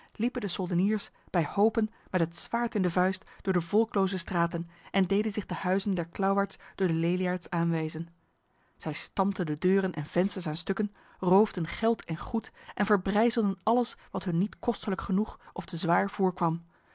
liepen de soldeniers bij hopen met het zwaard in de vuist door de volkloze straten en deden zich de huizen der klauwaards door de leliaards aanwijzen zij stampten de deuren en vensters aan stukken roofden geld en goed en verbrijzelden alles wat hun niet kostelijk genoeg of te zwaar voorkwam